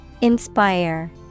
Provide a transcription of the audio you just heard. inspire